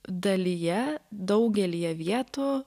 dalyje daugelyje vietų